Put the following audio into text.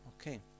Okay